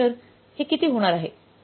तर हे किती होणार आहे